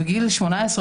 כשהייתי בת 18,